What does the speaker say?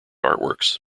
artworks